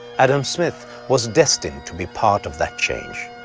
adam smith was destined to be part of that change.